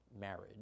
marriage